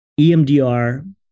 EMDR